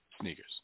sneakers